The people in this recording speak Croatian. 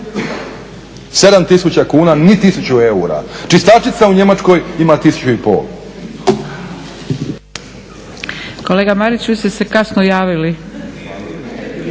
7000 kuna, ni 1000 eura. Čistačica u Njemačkoj ima 1500. **Zgrebec, Dragica (SDP)** Kolega Marić, vi ste se kasno javili.